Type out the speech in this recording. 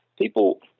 people